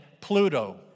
Pluto